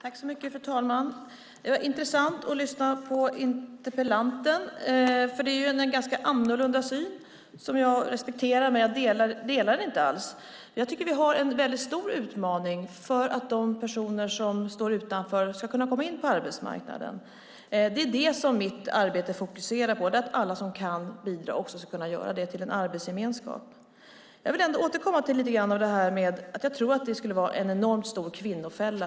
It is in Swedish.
Fru talman! Det var intressant att lyssna på interpellanten. Det är en ganska annorlunda syn, som jag respekterar men inte alls delar. Jag tycker att vi har en väldigt stor utmaning framför oss. De personer som står utanför ska kunna komma in på arbetsmarknaden. Det är det som mitt arbete fokuserar på. Alla som kan bidra till en arbetsgemenskap ska också få göra det. Jag vill ändå återkomma till att jag tror att det skulle vara en enormt stor kvinnofälla.